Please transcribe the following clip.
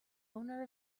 owner